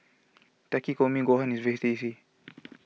Takikomi Gohan is very tasty